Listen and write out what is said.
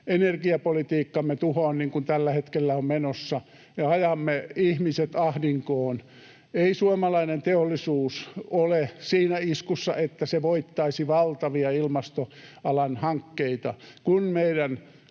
energiapolitiikkamme tuhoa, niin kuin tällä hetkellä on menossa, ja ajamme ihmiset ahdinkoon? Ei suomalainen teollisuus ole siinä iskussa, että se voittaisi valtavia ilmastoalan hankkeita,